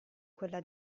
quella